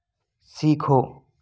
सीखो